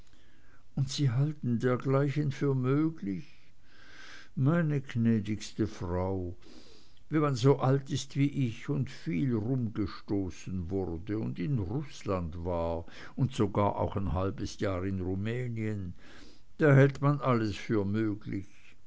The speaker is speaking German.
und sie halten dergleichen für möglich meine gnädigste frau wenn man so alt ist wie ich und viel rumgestoßen wurde und in rußland war und sogar auch ein halbes jahr in rumänien da hält man alles für möglich